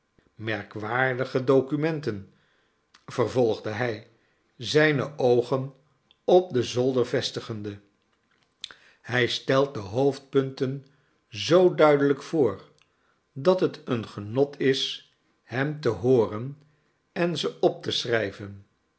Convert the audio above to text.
merkwaardige documenten vervolgde hij zijne oogen op den zolder vestigende hij stelt de hoofdpunten zoo duidelijk voor dat het een genot is hem te hooren en ze op te schrijven